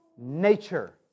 nature